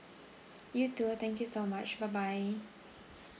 you too thank you so much bye bye